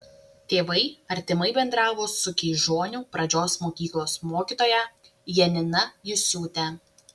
tėvai artimai bendravo su keižonių pradžios mokyklos mokytoja janina jusiūte